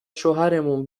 شوهرمون